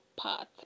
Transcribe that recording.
path